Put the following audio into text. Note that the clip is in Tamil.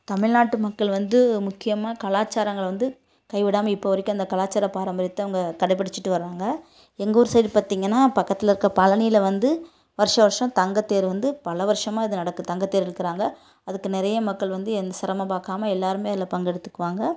தமிழ்நாட்டு மக்கள் வந்து முக்கியமாக கலாச்சாரங்களை வந்து கைவிடாமல் இப்போ வரைக்கும் அந்த கலாச்சார பாரம்பரியத்தை அவங்க கடைப்பிடிச்சுட்டு வராங்க எங்கள் ஊர் சைடு பார்த்தீங்கன்னா பக்கத்தில் இருக்க பழனியில வந்து வருஷா வருஷம் தங்கத்தேர் வந்து பல வருஷமா அது நடக்குது தங்கத்தேர் இழுக்கிறாங்க அதுக்கு நிறைய மக்கள் வந்து எந் சிரமம் பார்க்காம எல்லாேருமே அதில் பங்கெடுத்துக்குவாங்க